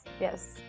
yes